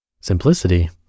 Simplicity